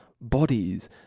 bodies